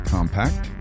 Compact